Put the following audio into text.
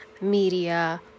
media